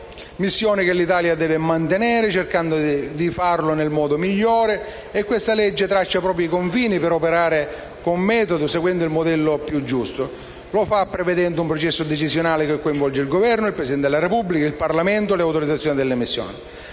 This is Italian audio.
missioni che l'Italia deve mantenere cercando di farlo nel migliore dei modi. E questo provvedimento traccia proprio i confini per operare con metodo seguendo il modello più giusto. Lo fa prevedendo un processo decisionale che coinvolge il Governo, il Presidente della Repubblica e il Parlamento per l'autorizzazione delle missioni: